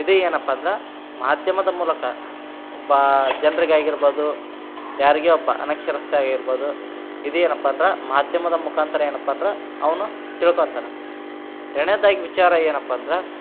ಇದು ಏನಪ್ಪ ಅಂದ್ರೆ ಮಾಧ್ಯಮದ ಮೂಲಕ ಒಬ್ಬ ಜನ್ರಿಗೆ ಆಗಿರ್ಬೊದು ಯಾರಿಗೇ ಒಬ್ಬ ಅನಕ್ಷರಸ್ತ ಆಗಿರ್ಬೊದು ಇದು ಏನಪ್ಪ ಅಂದ್ರೆ ಮಾಧ್ಯಮದ ಮುಖಾಂತರ ಏನಪ್ಪ ಅಂದ್ರೆ ಅವನು ತಿಳ್ಕೊತಾನೆ ಎರಡನೇದಾಗ್ ವಿಚಾರ ಏನಪ್ಪ ಅಂದ್ರೆ